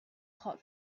hot